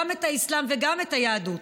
גם את האסלאם וגם את היהדות.